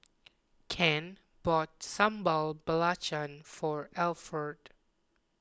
Ken bought Sambal Belacan for Alford